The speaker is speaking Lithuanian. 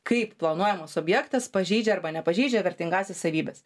kaip planuojamas objektas pažeidžia arba nepažeidžia vertingąsias savybes